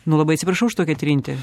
nu labai atsiprašau už tokią trintį